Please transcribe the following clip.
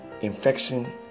infection